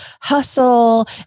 Hustle